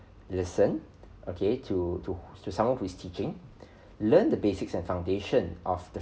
listen okay to to to someone who is teaching learn the basics and foundation of the